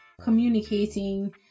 communicating